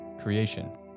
creation